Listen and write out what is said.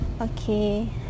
okay